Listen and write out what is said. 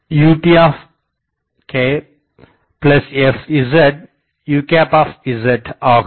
fftutfzuz ஆகும்